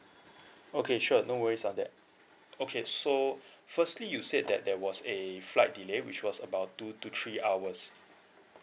okay sure no worries on that okay so firstly you said that there was a flight delay which was about two to three hours